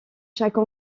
chaque